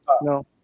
No